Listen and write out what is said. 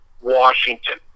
Washington